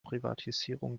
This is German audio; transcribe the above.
privatisierung